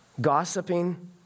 gossiping